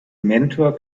mentor